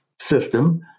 system